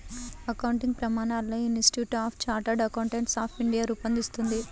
accounting ప్రమాణాలను institute of chartered accountants of India రూపొందిస్తుంది